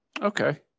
Okay